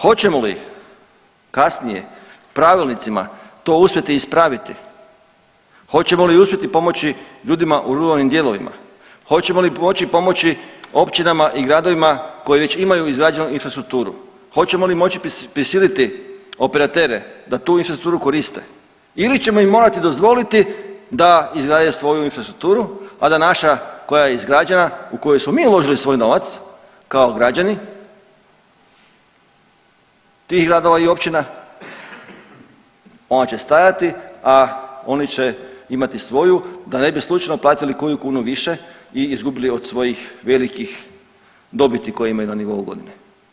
Hoćemo li kasnije pravilnicima to uspjeti ispraviti, hoćemo li uspjeti pomoći ljudima u ruralnim dijelovima, hoćemo li moći pomoći općinama i gradovima koji već imaju izrađenu infrastrukturu, hoćemo li moći prisiliti operatere da tu infrastrukturu koriste ili ćemo im morati dozvoliti da izgrade svoju infrastrukturu, a da naša koja je izgrađena u koju smo mi uložili svoj novac kao građani tih gradova i općina, ona će stajati, a oni će imati svoju da ne bi slučajno platili koju kunu više i izgubili od svojih velikih dobiti koje imaju na nivou godine.